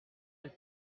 elle